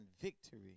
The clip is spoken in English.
victory